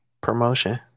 promotion